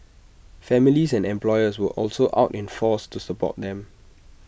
families and employers were also out in force to support them